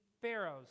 pharaohs